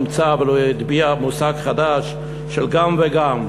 הוא לא נמצא, אבל הוא הטביע מושג חדש, של גם וגם.